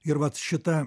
ir vat šita